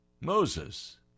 Moses